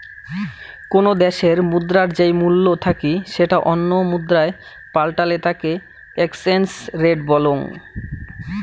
কোনো দ্যাশের মুদ্রার যেই মূল্য থাকি সেটা অন্য মুদ্রায় পাল্টালে তাকে এক্সচেঞ্জ রেট বলং